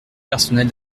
personnel